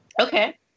Okay